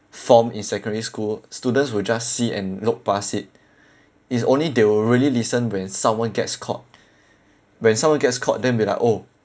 formed in secondary school students will just see and look past it it's only they will really listen when someone gets caught when someone gets caught then will be like oh